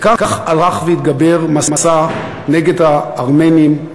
וכך הלך והתגבר מסע נגד הארמנים,